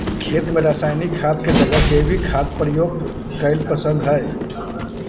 खेत में रासायनिक खाद के जगह जैविक खाद प्रयोग कईल पसंद हई